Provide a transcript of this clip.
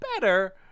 better